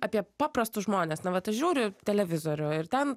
apie paprastus žmones na vat aš žiūriu televizorių ir ten